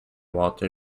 walter